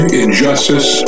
injustice